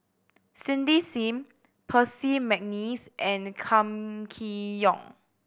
Cindy Sim Percy McNeice and Kam Kee Yong